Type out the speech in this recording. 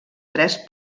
tres